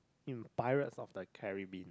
in Pirates of the Caribbean